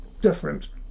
different